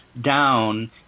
down